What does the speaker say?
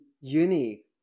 uni